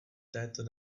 této